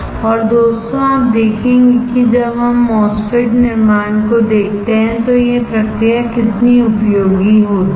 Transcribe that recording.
और दोस्तोंआप देखेंगे कि जब हम MOSFET निर्माण को देखते हैं तो यह प्रक्रिया कितनी उपयोगी होती है